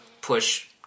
push